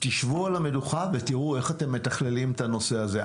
שבו על המדוכה ותראו איך אתם מתכללים את הנושא הזה.